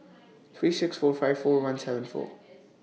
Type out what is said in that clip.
three six four five four one four